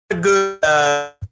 good